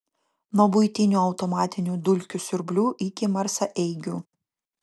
nuo buitinių automatinių dulkių siurblių iki marsaeigių